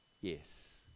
yes